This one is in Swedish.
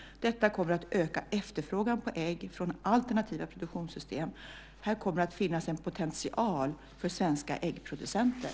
Detta kommer att öka efterfrågan på ägg från alternativa produktionssystem. Här kommer att finnas en potential för svenska äggproducenter.